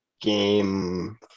game